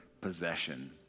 possession